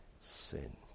sin